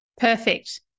Perfect